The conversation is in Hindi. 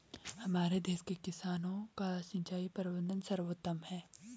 हमारे देश के किसानों का सिंचाई प्रबंधन सर्वोत्तम है